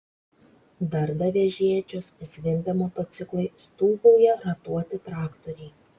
darda vežėčios zvimbia motociklai stūgauja ratuoti traktoriai